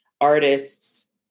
artists